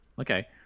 okay